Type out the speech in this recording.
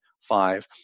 five